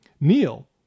Neil